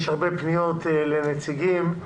יש הרבה פניות של נציגים.